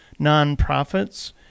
nonprofits